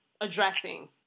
addressing